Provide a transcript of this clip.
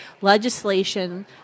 legislation